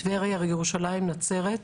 טבריה, ירושלים, נצרת,